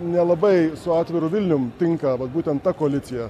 nelabai su atviru vilniumi tinka būtent ta koalicija